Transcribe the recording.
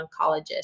oncologist